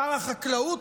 שר החקלאות,